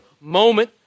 moment